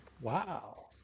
Wow